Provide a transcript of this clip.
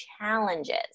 challenges